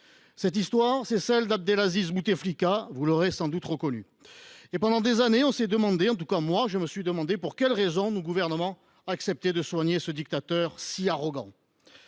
Cette histoire est celle d’Abdelaziz Bouteflika ; vous l’aurez sans doute reconnu. Pendant des années, nous nous sommes demandé – en tout cas, je le fis – pour quelle raison nos gouvernements acceptaient de soigner ce dictateur si arrogant.